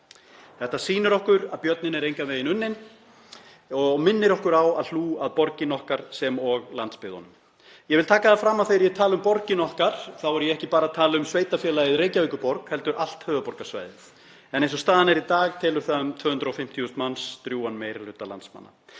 Þetta sýnir okkur að björninn er engan veginn unninn og minnir okkur á að hlúa að borginni okkar sem og landsbyggðunum. Ég vil taka fram að þegar ég tala um borgina okkar er ég ekki bara að tala um sveitarfélagið Reykjavíkurborg heldur allt höfuðborgarsvæðið, en eins og staðan er í dag telur það um 250.000 manns, drjúgan meiri hluta landsmanna.